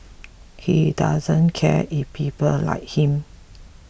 he doesn't care if people like him